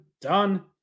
done